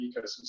ecosystem